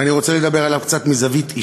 ואני רוצה לדבר עליו קצת מזווית אישית,